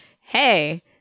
hey